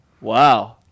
Wow